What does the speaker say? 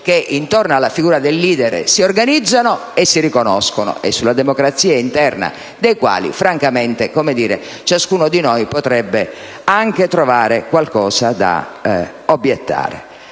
che, intorno alla figura del *leader*, si organizzano e si riconoscono e sulla democrazia interna dei quali francamente ciascuno di noi potrebbe anche trovare qualcosa da obiettare.